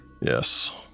Yes